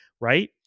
right